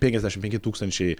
penkiasdešim penki tūkstančiai